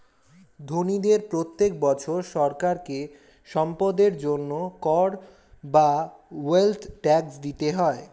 ধনীদের প্রত্যেক বছর সরকারকে সম্পদের জন্য কর বা ওয়েলথ ট্যাক্স দিতে হয়